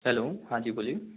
hello हाँ जी बोलिए